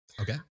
Okay